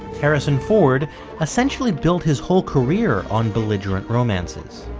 harrison ford essentially built his whole career on belligerent romances,